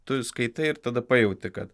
tu skaitai ir tada pajauti kad